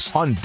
on